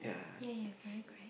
ya ya correct correct